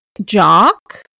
jock